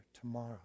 tomorrow